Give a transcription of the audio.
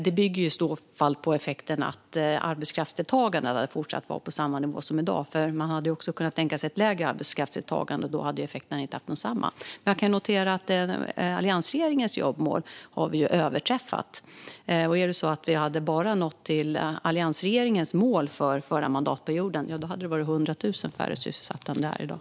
Det bygger i så fall på effekten att arbetskraftsdeltagandet hade fortsatt vara på samma nivå som i dag, för man hade också kunnat tänka sig ett lägre arbetskraftsdeltagande, och då hade effekterna inte varit desamma. Men jag kan notera att vi har överträffat alliansregeringens jobbmål. Om vi bara hade nått upp till alliansregeringens mål för förra mandatperioden hade det varit 100 000 färre sysselsatta än vad det är i dag.